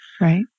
Right